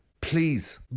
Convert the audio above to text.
Please